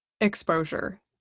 exposure